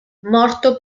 morto